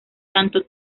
tanto